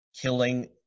killing